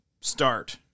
start